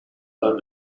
arab